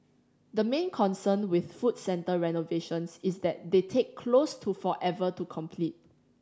the main concern with food centre renovations is that they take close to forever to complete